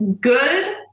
Good